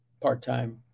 part-time